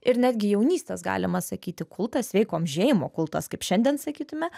ir netgi jaunystės galima sakyti kultas sveiko amžėjimo kultas kaip šiandien sakytume